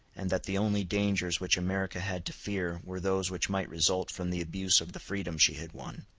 and that the only dangers which america had to fear were those which might result from the abuse of the freedom she had won.